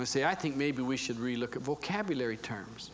i say i think maybe we should really look at vocabulary terms